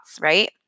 right